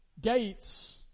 Gates